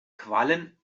quallen